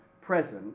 present